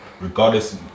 regardless